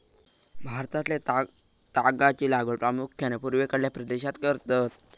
भारतातल्या तागाची लागवड प्रामुख्यान पूर्वेकडल्या प्रदेशात करतत